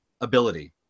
ability